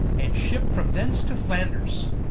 and shipt from thence to flanders